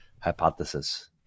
hypothesis